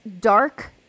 dark